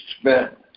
spent